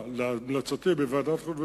תשובה, להמלצתי, בוועדת החוץ והביטחון.